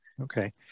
Okay